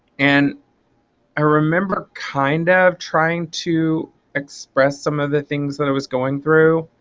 and i remember kind of trying to express some of the things that i was going through